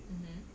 mmhmm